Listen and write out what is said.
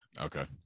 Okay